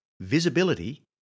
Visibility